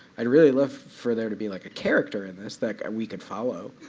i'd really love for there to be like a character in this that we could follow.